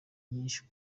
nyinshi